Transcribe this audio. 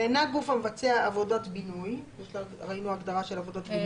--- ואינה גוף המבצע עבודות בינוי -- ראינו הגדרה של עבודות בינוי.